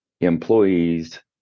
employees